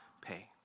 pay